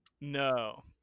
No